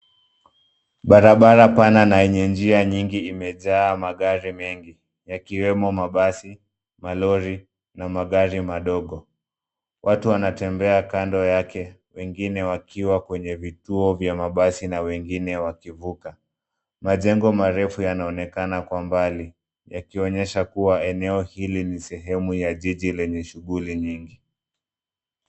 Barabara pana na yenye njia nyingi imejaa magari mengi yakiwemo mabasi, malori na magari madogo. Watu wanatembea kando yake wengine wakiwa kwenye vituo vya mabasi na wengine wakivuka. Majengo marefu yanaonekana kwa mbali yakionyesha kuwa eneo hili ni sehemu ya jiji lenye shughuli nyingi.